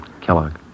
Kellogg